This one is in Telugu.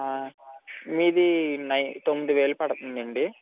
మీది నై తొమ్మిది వేలు పడుతుందండి